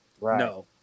No